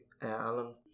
Alan